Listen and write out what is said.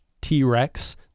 t-rex